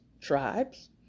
Tribes